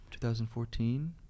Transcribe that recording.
2014